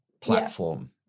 platform